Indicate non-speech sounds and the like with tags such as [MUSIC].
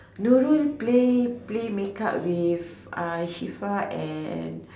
Nurul play play make up with uh Shifa [NOISE] and